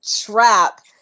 Trap